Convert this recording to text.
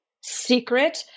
secret